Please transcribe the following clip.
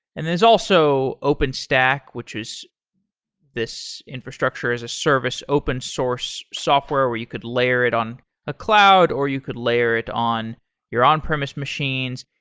and then there's also openstack, which is this infrastructure as a service, open source software where you could layer it on a cloud, or you could layer it on your on-premise machines,